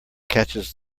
catches